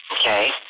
okay